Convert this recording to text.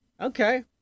Okay